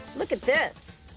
look at this.